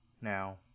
Now